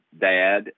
dad